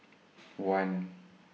one